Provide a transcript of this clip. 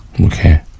Okay